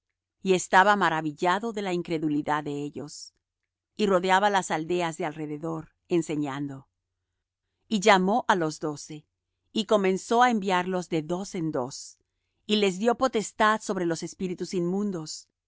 y estaba maravillado de la incredulidad de ellos y rodeaba las aldeas de alrededor enseñando y llamó á los doce y comenzó á enviarlos de dos en dos y les dió potestad sobre los espíritus inmundos